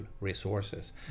resources